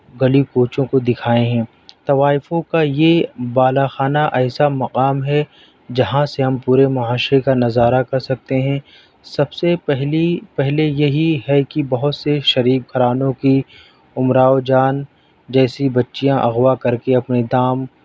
گلی کوچوں کو دکھائے ہیں طوائفوں کا یہ بالا خانہ ایسا مقام ہے جہاں سے ہم پورے معاشرے کا نظارہ کر سکتے ہیں سب سے پہلی پہلے یہی ہے کہ بہت سے شریف گھرانوں کی امراؤ جان جیسی بچیاں اغواء کر کے اپنے دام